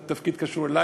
לתפקיד שלי,